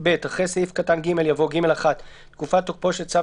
(ב)אחרי סעיף קטן (ג) יבוא: "(ג1) תקופת תוקפו של צו